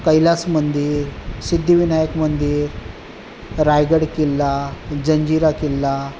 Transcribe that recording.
कैलास मंदिर सिद्धिविनायक मंदिर रायगड किल्ला जंजिरा किल्ला